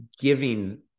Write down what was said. giving